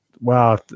wow